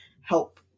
help